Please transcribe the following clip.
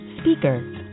speaker